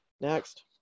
next